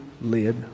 lid